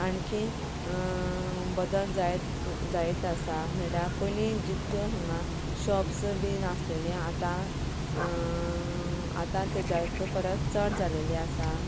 आणखी बदल जायत जायत आसा म्हणल्यार पयलीं जितल्यो हांगा शॉप्स बी नाशिल्लीं आतां आतां ताज्या परस चड जाल्लीं आसात